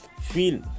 feel